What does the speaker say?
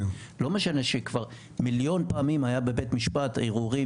לא משנה שכבר מיליון פעמים היה בבית משפט ערעורים